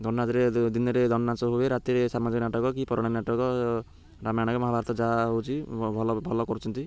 ଦିନରେ ଧନାଚ ହୁଏ ରାତିରେ ସାମାଜ ନାଟକ କି ପରାଣ ନାଟକ ରାମାୟଣ ନାଟକ ମହାଭାରତ ଯାହା ହେଉଛି ଭଲ ଭଲ କରୁଛନ୍ତି